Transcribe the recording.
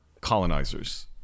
colonizers